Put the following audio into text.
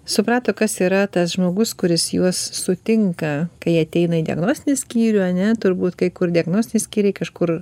suprato kas yra tas žmogus kuris juos sutinka kai ateina į diagnostinį skyrių ane turbūt kai kur diagnostiniai skyriai kažkur